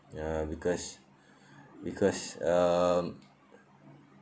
ya because because um